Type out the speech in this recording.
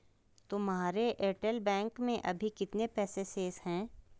तुम्हारे एयरटेल बैंक में अभी कितने पैसे शेष हैं?